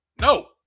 No